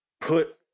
put